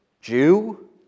Jew